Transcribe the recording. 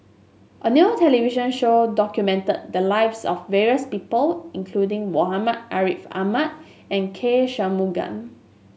a new television show documented the lives of various people including Muhammad Ariff Ahmad and K Shanmugam